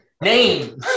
Name